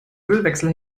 ölwechsel